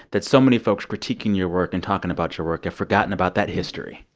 that so many folks critiquing your work and talking about your work have forgotten about that history?